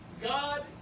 God